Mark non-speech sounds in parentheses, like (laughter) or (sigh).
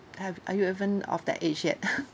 have are you even of that age yet (laughs)